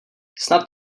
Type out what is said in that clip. snad